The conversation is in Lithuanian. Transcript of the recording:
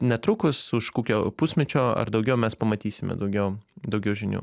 netrukus už kokio pusmečio ar daugiau mes pamatysime daugiau daugiau žinių